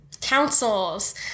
councils